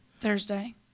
Thursday